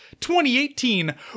2018